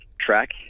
track